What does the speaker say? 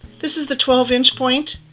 this is the twelve inch point,